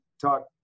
talk